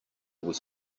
was